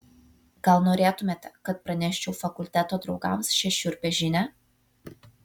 gal norėtumėte kad praneščiau fakulteto draugams šią šiurpią žinią